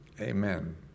amen